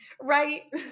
Right